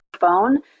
phone